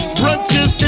brunches